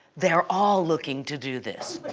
they're all looking to do this.